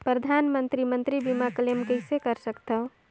परधानमंतरी मंतरी बीमा क्लेम कइसे कर सकथव?